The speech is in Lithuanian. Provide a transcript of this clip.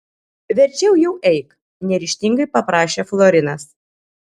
verčiau jau eik neryžtingai paprašė florinas